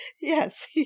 Yes